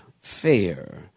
fair